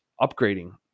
upgrading